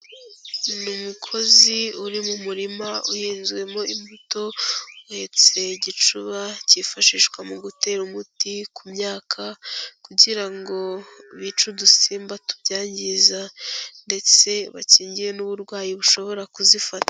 Ni umukozi uri mu murima uhinzwemo imbuto, uhetse igicuba cyifashishwa mu gutera umuti ku myaka kugira ngo bice udusimba tubyangiza ndetse bakingire n'uburwayi bushobora kuzifata.